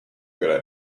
good